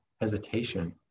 hesitation